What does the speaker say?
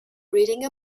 reading